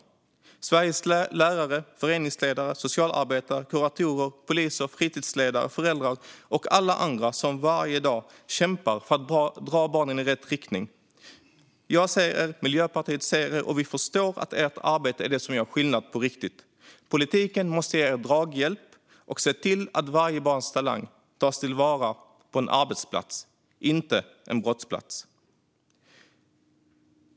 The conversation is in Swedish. Till Sveriges lärare, föreningsledare, socialarbetare, kuratorer, poliser, fritidsledare, föräldrar och alla andra som varje dag kämpar för att dra barnen i rätt riktning vill jag säga: Jag ser er, och Miljöpartiet ser och förstår att ert arbete är det som gör skillnad på riktigt. Politiken måste ge er draghjälp och se till att varje barns talang tas till vara på en arbetsplats, inte på en brottsplats.